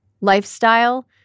lifestyle